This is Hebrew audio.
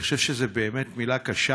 אני חושב שזו באמת מילה קשה.